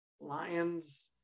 Lions